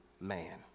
man